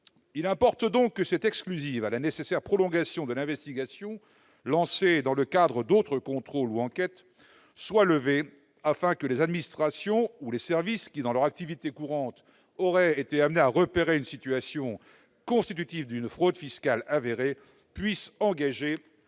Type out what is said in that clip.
Il importe que cette exclusive à la nécessaire prolongation de l'investigation lancée dans le cadre d'autres contrôles ou enquêtes soit levée, afin que les administrations ou les services qui, dans leurs activités courantes, auraient repéré une situation constitutive d'une fraude fiscale avérée puissent engager